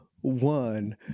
one